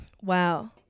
wow